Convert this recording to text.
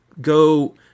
go